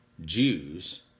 Jews